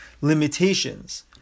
limitations